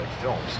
films